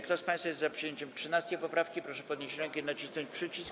Kto z państwa jest za przyjęciem 13. poprawki, proszę podnieść rękę i nacisnąć przycisk.